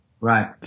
Right